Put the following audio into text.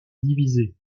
divisée